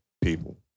people